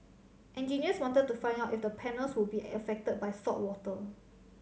engineers wanted to find out if the panels would be affected by saltwater